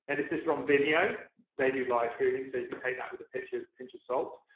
and this is from vimeo they do livestreaming, so you can take that with a pinch of pinch of salt.